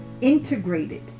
integrated